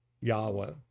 Yahweh